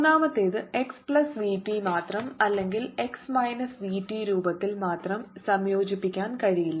മൂന്നാമത്തേത് x plus v t മാത്രം അല്ലെങ്കിൽ എക്സ് മൈനസ് വി ടി രൂപത്തിൽ മാത്രം സംയോജിപ്പിക്കാൻ കഴിയില്ല